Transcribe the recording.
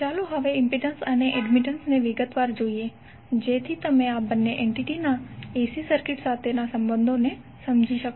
ચાલો હવે ઇમ્પિડન્સ અને એડમિટન્સ ને વિગતવાર જોઈએ જેથી તમે આ બંને એન્ટિટી ના AC સર્કિટ સાથેના સંબંધોને સમજી શકો